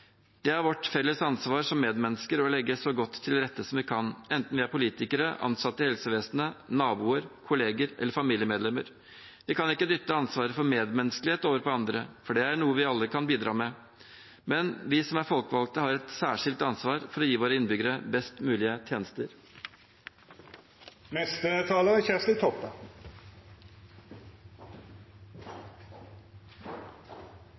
Det er vårt felles ansvar som medmennesker å legge så godt til rette som vi kan, enten vi er politikere, ansatte i helsevesenet, naboer, kolleger eller familiemedlemmer. Vi kan ikke dytte ansvaret for medmenneskelighet over på andre, for det er noe vi alle kan bidra med, men vi som er folkevalgte, har et særskilt ansvar for å gi våre innbyggere best mulige